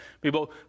people